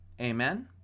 Amen